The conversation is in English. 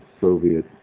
Soviet